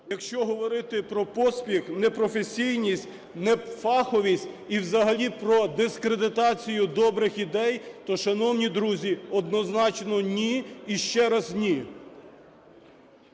Якщо говорити про поспіх, непрофесійність, нефаховість і взагалі про дискредитацію добрих ідей, то, шановні друзі, однозначно ні і ще раз ні.